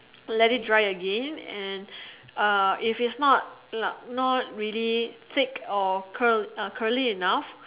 let it dry again and uh if its not la~ not really thick or Curl uh curly enough